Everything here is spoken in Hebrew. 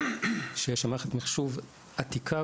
שיש שם מערכת מחשוב עתיקה,